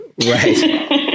right